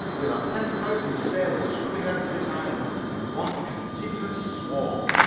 we'll have ten thousand sailors swimming out to this island in one continuous swarm.